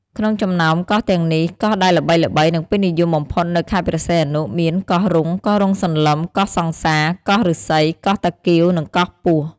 ក្នុងចំណោមកោះទាំងនេះ កោះដែលល្បីៗ និងពេញនិយមបំផុតនៅខេត្តព្រះសីហនុ មាន កោះរុង កោះរ៉ុងសន្លឹម កោះសង្សារ កោះឫស្សី កោះតាគៀវ និងកោះពស់។